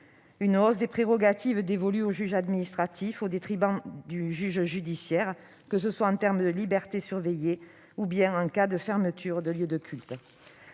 une hausse des prérogatives dévolues au juge administratif, au détriment du juge judiciaire, que ce soit en termes de liberté surveillée ou en cas de fermeture de lieux de culte.